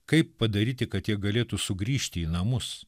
kaip padaryti kad jie galėtų sugrįžti į namus